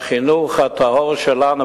בחינוך הטהור שלנו,